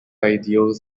ideals